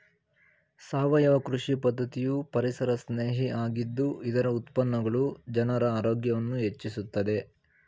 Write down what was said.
ಸಾವಯವ ಕೃಷಿ ಪದ್ಧತಿಯು ಪರಿಸರಸ್ನೇಹಿ ಆಗಿದ್ದು ಇದರ ಉತ್ಪನ್ನಗಳು ಜನರ ಆರೋಗ್ಯವನ್ನು ಹೆಚ್ಚಿಸುತ್ತದೆ